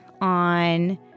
on